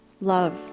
love